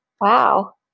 Wow